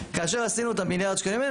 כאשר עשינו את המיליארד שקלים האלה,